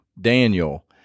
Daniel